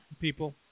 people